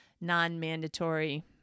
non-mandatory